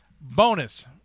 Bonus